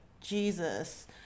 Jesus